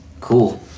cool